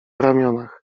ramionach